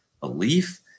belief